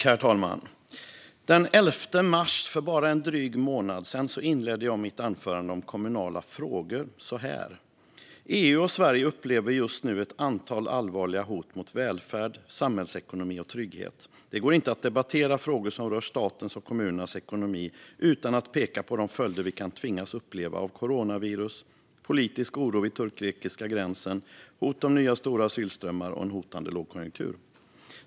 Herr talman! Den 11 mars, för bara en dryg månad sedan, inledde jag mitt anförande om kommunala frågor på följande sätt: "EU och Sverige upplever just nu ett antal allvarliga hot mot välfärd, samhällsekonomi och trygghet. Det går inte att debattera frågor som rör statens och kommunernas ekonomi utan att peka på de följder vi kan tvingas uppleva av coronavirus, oro för nya omfattande asylströmmar och en hotande lågkonjunktur.